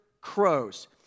crows